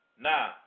Now